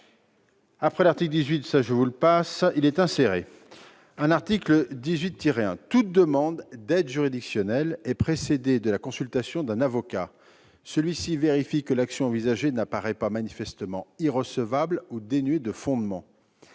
relative à l'aide juridique, il est inséré un article 18-1 ainsi rédigé :« -Toute demande d'aide juridictionnelle est précédée de la consultation d'un avocat. Celui-ci vérifie que l'action envisagée n'apparaît pas manifestement irrecevable ou dénuée de fondement.